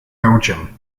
belgium